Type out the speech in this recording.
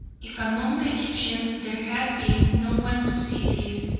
if among the egyptians there had been no one to see these,